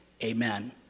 Amen